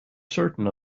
certain